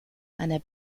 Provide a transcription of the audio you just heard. einer